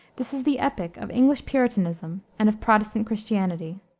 this is the epic of english puritanism and of protestant christianity.